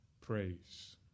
praise